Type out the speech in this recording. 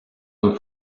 amb